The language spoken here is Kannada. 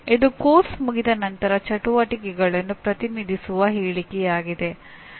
ಇದು ಪಠ್ಯಕ್ರಮ ಮುಗಿದ ನಂತರ ಚಟುವಟಿಕೆಗಳನ್ನು ಪ್ರತಿನಿಧಿಸುವ ಹೇಳಿಕೆಯಾಗಿದೆ